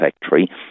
factory